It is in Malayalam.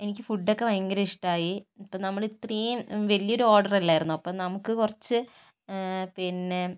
എനിക്ക് ഫുഡ് ഒക്കെ ഭയങ്കര ഇഷ്ടായി അപ്പം നമ്മള് ഇത്രയും വലിയ ഒരു ഓര്ഡര് അല്ലായിരുന്നോ അപ്പം നമുക്ക് കുറച്ച് പിന്നെ